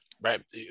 right